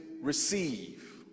receive